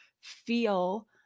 feel